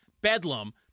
Bedlam